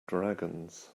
dragons